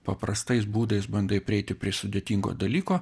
paprastais būdais bandai prieiti prie sudėtingo dalyko